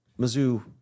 mizzou